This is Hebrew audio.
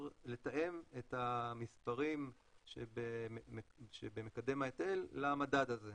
לתאם את המספרים שבמקדם ההיטל למדד הזה.